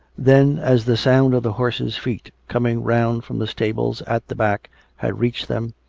then, as the sound of the horses' feet coming round from the stables at the back had reached them,